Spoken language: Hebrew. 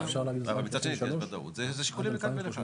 מצד שני, כשיש וודאות, זה שיקולים לכאן ולכאן.